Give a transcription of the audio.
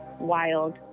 wild